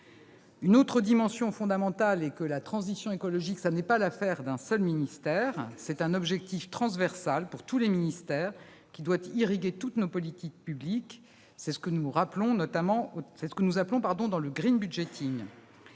Une autre dimension fondamentale à prendre en compte est que la transition écologique n'est pas l'affaire d'un seul ministère. Elle constitue un objectif transversal pour tous les ministères, qui doit irriguer toutes nos politiques publiques. C'est ce que nous appelons le. Plus que le budget, ce